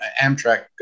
Amtrak